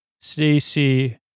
Stacy